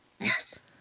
Yes